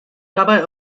dabei